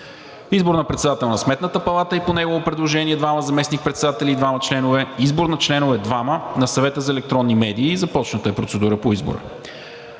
избор на председател на Сметната палата и по негово предложение двама заместник-председатели и двама членове, избор на двама членове на Съвета за електронни медии – започната е процедура по избора.